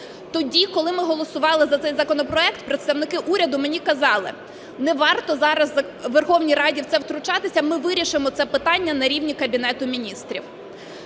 Тоді, коли ми голосували за цей законопроект, представники уряду мені казали: не варто зараз Верховній Раді в це втручатися, ми вирішимо це питання на рівні Кабінету Міністрів.